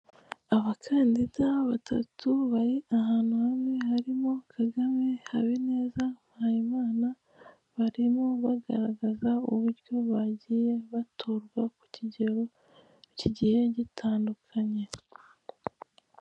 Abakandida batatu bari ahantu hamwe harimo Kagame, Habineza, Mpayimana barimo bagaragara uburyo bagiye batorwa kukigero kigiye gitandukanye.